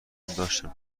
داشتم